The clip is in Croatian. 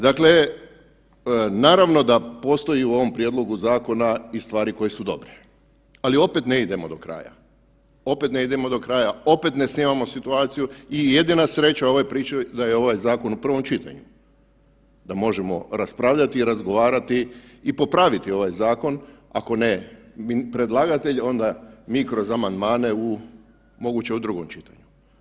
Dakle, naravno da postoje u ovom prijedlogu zakona i stvari koje su dobre, ali opet ne idemo do kraja, opet ne idemo do kraja, opet ne snimamo situaciju i jedina sreća u ovoj priči da je ovaj zakon u provom čitanju da možemo raspravljati i razgovarati i popraviti ovaj zakon, ako ne predlagatelj onda mi kroz amandmane u, moguće u drugom čitanju.